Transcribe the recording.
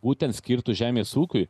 būtent skirtų žemės ūkiui